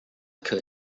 could